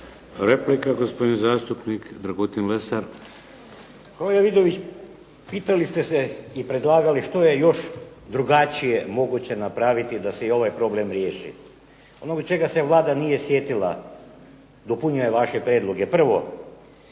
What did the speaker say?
laburisti - Stranka rada)** Kolega Vidović pitali ste se i predlagali što je još drugačije moguće napraviti da se ovaj problem riješi. Ono čega se Vlada nije sjetila dopunila je vaše prijedloge. Prvo,